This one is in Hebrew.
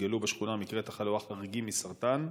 התגלו בשכונה מקרי תחלואה חריגים של סרטן.